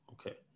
okay